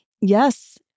Yes